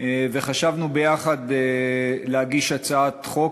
וחשבנו להגיש ביחד הצעת חוק.